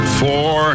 four